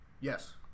Yes